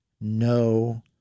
no